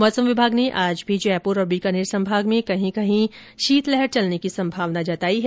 मौसम विभाग ने आज भी जयपुर और बीकानेर संभाग में कहीं कहीं शीतलहर चलने की संभावना जताई है